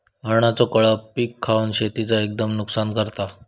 हरणांचो कळप पीक खावन शेतीचा एकदम नुकसान करता